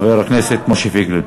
חבר הכנסת משה פייגלין.